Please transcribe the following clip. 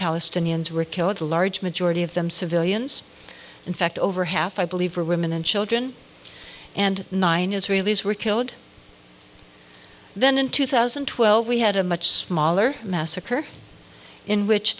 palestinians were killed a large majority of them civilians in fact over half i believe are women and children and nine israelis were killed then in two thousand and twelve we had a much smaller massacre in which